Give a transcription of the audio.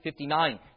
59